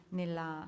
nella